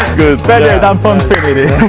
better than pongfinity!